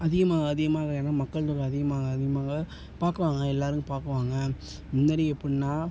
அதிகமாக அதிகமாக ஏனால் மக்கள் தொகை அதிகமாக அதிகமாக பார்க்குவாங்க எல்லோரும் பார்க்குவாங்க முன்னாடி எப்புடின்னா